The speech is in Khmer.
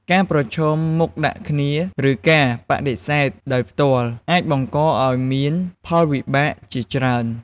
ការប្រឈមមុខដាក់គ្នា ឬការបដិសេធដោយផ្ទាល់ អាចបង្កឲ្យមានផលវិបាកជាច្រើន។